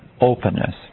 openness